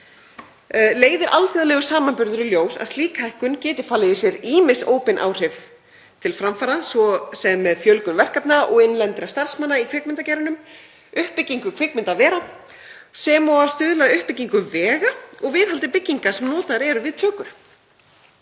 Leiðir alþjóðlegur samanburður í ljós að slík hækkun getur falið í sér ýmis óbein áhrif til framfara, svo sem með fjölgun verkefna og innlendra starfsmanna í kvikmyndageiranum, uppbyggingu kvikmyndavera, auk þess sem það stuðlar að uppbyggingu vega og viðhaldi bygginga sem notaðar eru við tökur.